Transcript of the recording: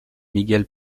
miguel